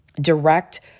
direct